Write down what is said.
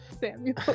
Samuel